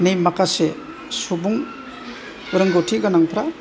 नि माखासे सुबुं रोंगौथि गोनांफ्रा